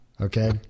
Okay